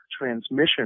transmission